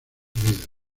vida